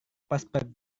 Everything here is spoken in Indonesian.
paspor